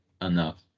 enough